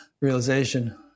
realization